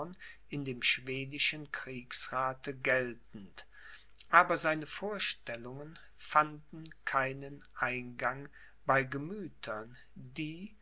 in dem schwedischen kriegsrathe geltend aber seine vorstellungen fanden keinen eingang bei gemüthern die